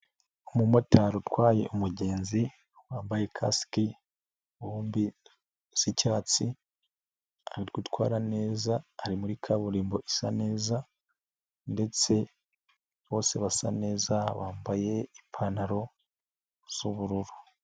Umumotari utwaye umugenzi wambaye kasike bombi z'icyatsi, ari gutwara neza ari muri kaburimbo isa neza ndetse bose basa neza bambaye ipantaro z'ubururu.